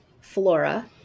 Flora